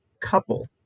couple